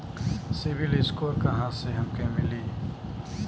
CIBIL score कहाँसे हमके मिली?